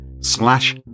Slash